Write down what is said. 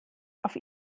auf